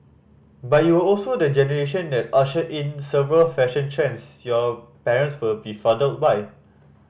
but you were also the generation that ushered in several fashion trends your parents were befuddled by